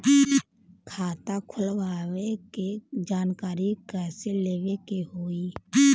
खाता खोलवावे के जानकारी कैसे लेवे के होई?